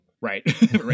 Right